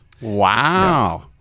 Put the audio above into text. Wow